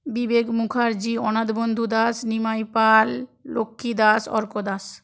Vivek Mukherjee Anath Bandhu Das Nimai Pal Lakshmi Das Arka Das